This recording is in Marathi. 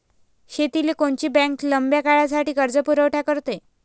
शेतीले कोनची बँक लंब्या काळासाठी कर्जपुरवठा करते?